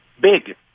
big